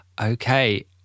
Okay